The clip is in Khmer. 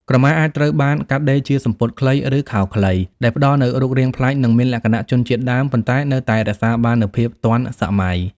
ក្រមាអាចត្រូវបានកាត់ដេរជាសំពត់ខ្លី ឬខោខ្លី ដែលផ្តល់នូវរូបរាងប្លែក និងមានលក្ខណៈជនជាតិដើម ប៉ុន្តែនៅតែរក្សាបាននូវភាពទាន់សម័យ។